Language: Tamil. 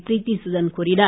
ப்ரீத்தி சுதன் கூறினார்